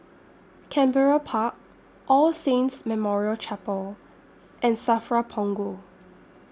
Canberra Park All Saints Memorial Chapel and SAFRA Punggol